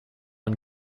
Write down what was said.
and